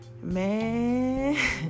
Man